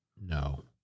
No